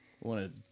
wanted